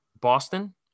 Boston